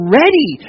ready